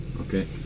Okay